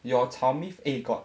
your 炒米 eh got